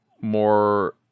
more